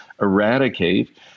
eradicate –